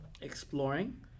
exploring